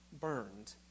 burned